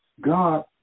God